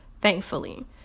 thankfully